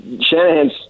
Shanahan's